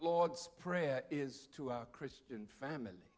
lord's prayer is to a christian family